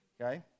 Okay